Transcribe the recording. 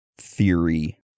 theory